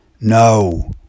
No